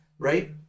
Right